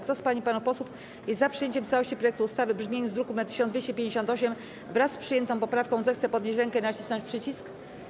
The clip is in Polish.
Kto z pań i panów posłów jest za przyjęciem w całości projektu ustawy w brzmieniu z druku nr 1258, wraz z przyjętą poprawką, zechce podnieść rękę i nacisnąć przycisk.